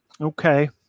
Okay